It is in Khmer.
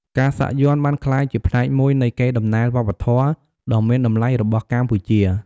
ការសាក់យ័ន្តបានក្លាយជាផ្នែកមួយនៃកេរដំណែលវប្បធម៌ដ៏មានតម្លៃរបស់កម្ពុជា។